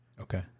Okay